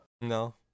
No